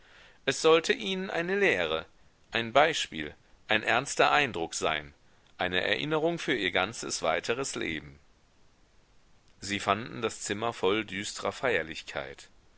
es sollte ihnen eine lehre ein beispiel ein ernster eindruck sein eine erinnerung für ihr ganzes weiteres leben sie fanden das zimmer voll düstrer feierlichkeit